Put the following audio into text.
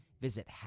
Visit